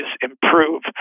improve